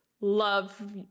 love